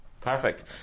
Perfect